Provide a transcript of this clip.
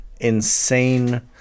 insane